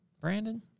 Brandon